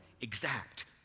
exact